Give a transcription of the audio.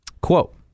Quote